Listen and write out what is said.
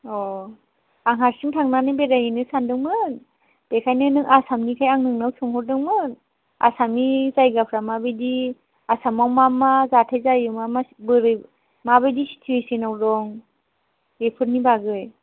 अ आं हारसिं थांनानै बेरायहैनो सान्दोंमोन बेखायनो नों आसामनिखाय नोंनाव सोंहरदोंमोन आसामनि जायगाफ्रा माबायदि आसामाव मा मा जाथाय जायो मा मा बोरै माबायदि सिटुवेसनाव दं बेफोरनि बागै